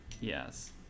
yes